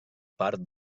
part